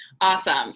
Awesome